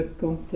quand